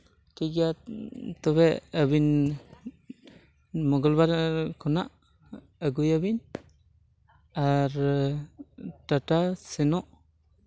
ᱴᱷᱤᱠ ᱜᱮᱭᱟ ᱛᱚᱵᱮ ᱟᱹᱵᱤᱱ ᱢᱚᱜᱚᱞ ᱵᱟᱨ ᱠᱷᱚᱱᱟᱜ ᱟᱹᱜᱩᱭᱟᱵᱤᱱ ᱟᱨ ᱴᱟᱴᱟ ᱥᱮᱱᱚᱜ